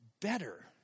better